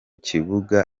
kibuga